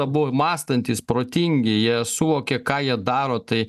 abu mąstantys protingi jie suvokia ką jie daro tai